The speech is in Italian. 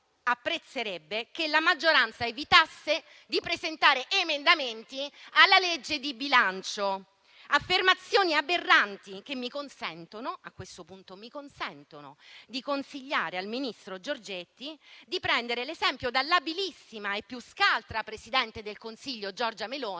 che la maggioranza evitasse di presentare emendamenti alla legge di bilancio. Si tratta di affermazioni aberranti che mi consentono, a questo punto, di consigliare al ministro Giorgetti di prendere l'esempio dall'abilissima e più scaltra Presidente del Consiglio, Giorgia Meloni,